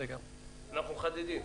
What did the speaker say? אנחנו חרדים.